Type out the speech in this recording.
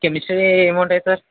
chemistry ఏముంటాయి sir